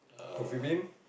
Coffee-Bean